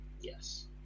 Yes